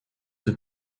have